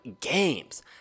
games